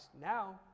Now